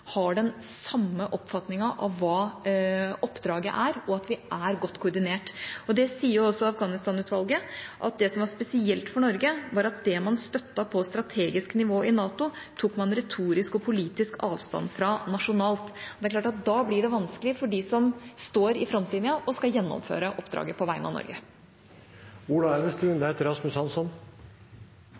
har den samme oppfatningen av hva oppdraget er, og at vi er godt koordinert. Afghanistan-utvalget sier også at det som var spesielt for Norge, var at det man støttet på strategisk nivå i NATO, tok man retorisk og politisk avstand fra nasjonalt. Det er klart at da blir det vanskelig for dem som står i frontlinja og skal gjennomføre oppdraget på vegne av